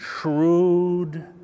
shrewd